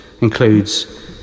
includes